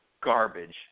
garbage